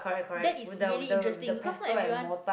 that is really interesting because not everyone